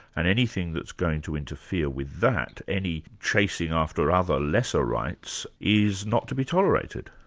and anything that's going to interfere with that, any chasing after other lesser rights, is not to be tolerated.